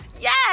Yes